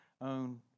own